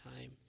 time